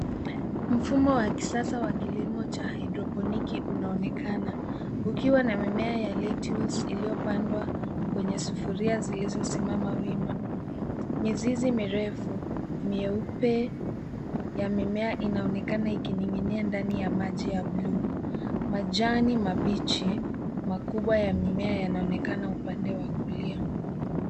Mfumo wa kisasa wa kilimo cha haidroponiki unaonekana ukiwa na mimea ya lettuce iliyopandwa kwenye sufuria zilizosimama wima. Mizizi mirefu, myeupe yamemea inaonekana ikining'inia ndani ya maji ya bluu. Majani mabichi makubwa ya mimea yanaonekana upande wa kulia.